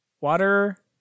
Water